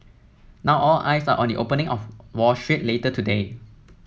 now all eyes are on the opening on Wall Street later today